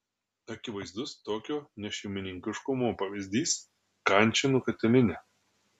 akivaizdus tokio nešeimininkiškumo pavyzdys kančėnų katilinė